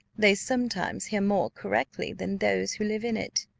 they sometimes hear more correctly than those who live in it.